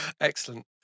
Excellent